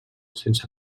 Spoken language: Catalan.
sense